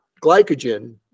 glycogen